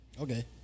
Okay